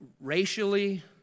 racially